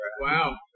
Wow